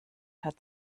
hat